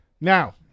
now